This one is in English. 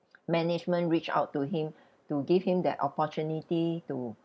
management reached out to him to give him that opportunity to